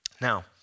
Now